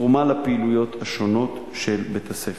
תרומה לפעילויות השונות של בית-הספר.